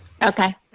Okay